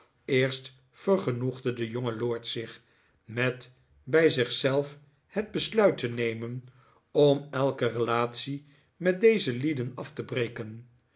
eerst vergenoegde de jonge lord zich met bij zich zelf het besluit te nemen om elke relatie met deze lieden af te breken